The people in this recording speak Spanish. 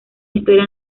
historia